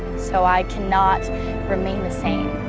so i cannot remain the same.